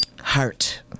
heart